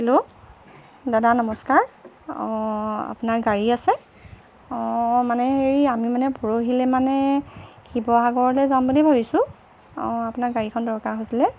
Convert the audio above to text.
hello দাদা নমস্কাৰ অঁ আপোনাৰ গাড়ী আছে অঁ মানে হেৰি আমি মানে পৰহিলৈ মানে শিৱসাগৰলৈ যাম বুলি ভাবিছোঁ অঁ আপোনাৰ গাড়ীখন দৰকাৰ হৈছিলে